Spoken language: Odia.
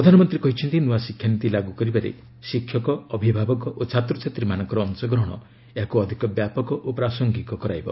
ପ୍ରଧାନମନ୍ତ୍ରୀ କହିଛନ୍ତି ନୂଆ ଶିକ୍ଷାନିତି ଲାଗୁକରିବାରେ ଶିକ୍ଷକଅଭିଭାବକ ଓ ଛାତ୍ରଛାତ୍ରୀମାନଙ୍କର ଅଂଶଗ୍ରହଣ ଏହାକୁ ଅଧିକ ବ୍ୟାପକ ଓ ପ୍ରାସଙ୍ଗିକ କରାଇବ